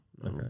okay